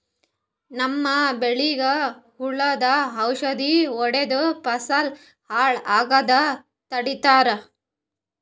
ನಮ್ಮ್ ಬೆಳಿಗ್ ಹುಳುದ್ ಔಷಧ್ ಹೊಡ್ದು ಫಸಲ್ ಹಾಳ್ ಆಗಾದ್ ತಡಿತಾರ್